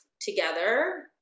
together